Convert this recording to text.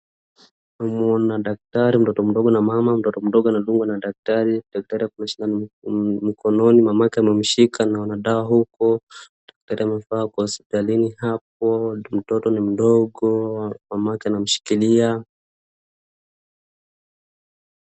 Humu daktari, mtoto mdogo na mama, mtoto mdogo anadungwa na daktari. Daktari ako na sindano mkononi, mamake amemshika na wana dawa huko. Daktari amevaa kwa hospitalini hapo. Mtoto ni mdogo, mamake anamshikilia.